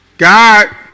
God